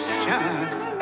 shine